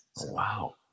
Wow